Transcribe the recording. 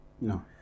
No